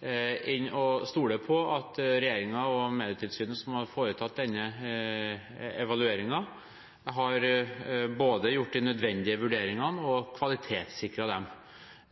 enn å stole på at regjeringen og Medietilsynet, som har foretatt denne evalueringen, både har gjort de nødvendige vurderingene og har kvalitetssikret dem.